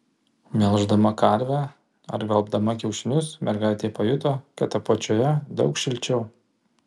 melždama karvę ar gvelbdama kiaušinius mergaitė pajuto kad apačioje daug šilčiau